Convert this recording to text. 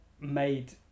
made